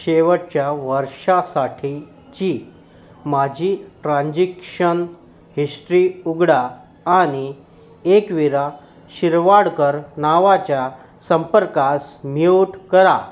शेवटच्या वर्षासाठीची माझी ट्रान्झॅक्शन हिस्ट्री उघडा आणि एकवीरा शिरवाडकर नावाच्या संपर्कास म्यूट करा